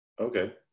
okay